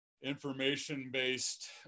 information-based